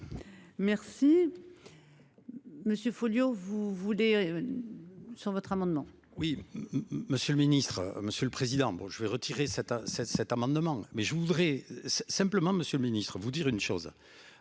Merci. Monsieur Folliot, vous voulez. Sur votre amendement. Oui. Monsieur le Ministre, Monsieur le Président. Bon je vais retirer cet, cet, cet amendement mais je voudrais simplement, Monsieur le Ministre vous dire une chose.